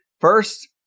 First